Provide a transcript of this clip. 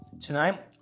Tonight